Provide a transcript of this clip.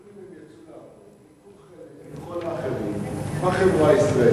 אם הם יצאו לעבוד והם ייקחו חלק עם כל האחרים בחברה הישראלית,